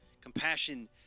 compassion